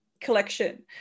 collection